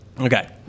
Okay